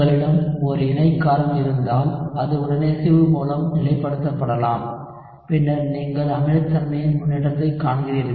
உங்களிடம் ஒரு இணை காரம் இருந்தால் அது உடனிசைவு மூலம் நிலைப்படுத்தப்படலாம் பின்னர் நீங்கள் அமிலத்தன்மையின் முன்னேற்றத்தைக் காண்கிறீர்கள்